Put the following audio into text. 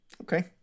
okay